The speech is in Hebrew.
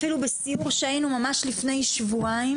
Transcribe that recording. אפילו בסיור שהיינו ממש לפני שבועיים,